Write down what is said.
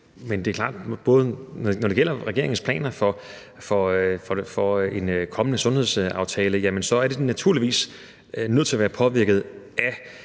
men det er klart, at når det gælder regeringens planer for en kommende sundhedsaftale, bliver de naturligvis nødt til at være påvirket af